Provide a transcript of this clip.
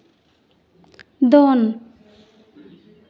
ᱫᱚᱱ